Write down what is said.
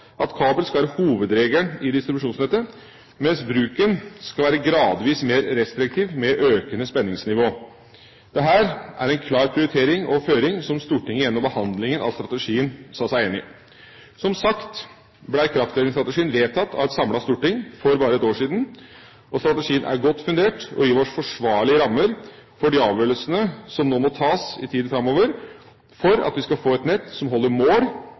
at kabel skal være hovedregelen i distribusjonsnettet, mens bruken skal være gradvis mer restriktiv med økende spenningsnivå. Dette er en klar prioritering og føring som Stortinget gjennom behandlingen av strategien sa seg enig i. Som sagt ble kraftledningsstrategien vedtatt av et samlet storting for bare ett år siden. Strategien er godt fundert og gir oss forsvarlige rammer for de avgjørelsene som nå må tas i tida framover, for at vi skal få et nett som holder mål